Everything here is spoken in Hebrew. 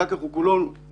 אחר כך הוא כולו חלוד.